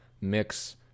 mix